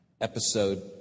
Episode